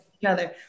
together